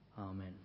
Amen